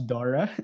Dora